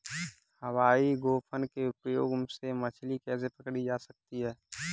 हवाई गोफन के उपयोग से मछली कैसे पकड़ी जा सकती है?